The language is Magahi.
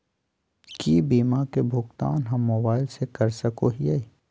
की बीमा के भुगतान हम मोबाइल से कर सको हियै?